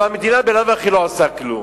הלוא המדינה בלאו הכי לא עושה כלום,